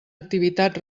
activitat